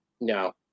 No